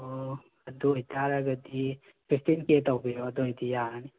ꯑꯣ ꯑꯗꯨ ꯑꯣꯏꯇꯥꯔꯒꯗꯤ ꯐꯤꯐꯇꯤꯟ ꯀꯦ ꯇꯧꯕꯤꯔꯣ ꯑꯗꯨ ꯑꯣꯏꯔꯗꯤ ꯌꯥꯔꯅꯤ